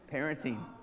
Parenting